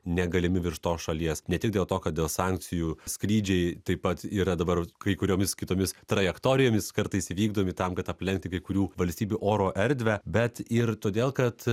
negalimi virš tos šalies ne tik dėl to kad dėl sankcijų skrydžiai taip pat yra dabar kai kuriomis kitomis trajektorijomis kartais įvykdomi tam kad aplenkti kai kurių valstybių oro erdvę bet ir todėl kad